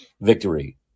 victory